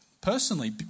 personally